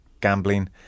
gambling